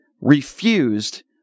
refused